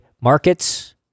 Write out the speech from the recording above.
markets